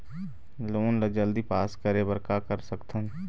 Loan ला जल्दी pass करे बर का कर सकथन?